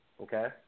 Okay